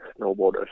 snowboarders